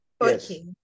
Okay